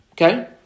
Okay